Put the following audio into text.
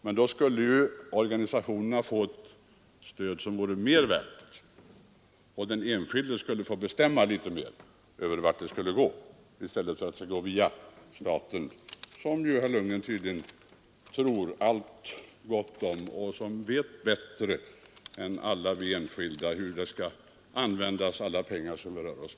Men då skulle organisationerna få ett stöd som vore värt mera och den enskilde skulle få bestämma litet mera över vart medlen skulle gå i stället för att de skall gå via staten, som herr Lundgren tydligen tror allt gott om, staten som vet bättre än alla enskilda om hur de pengar vi rör oss med skall användas.